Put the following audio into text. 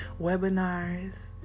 webinars